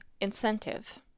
Incentive